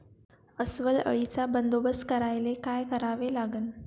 अस्वल अळीचा बंदोबस्त करायले काय करावे लागन?